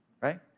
right